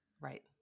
Right